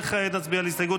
וכעת נצביע על הסתייגות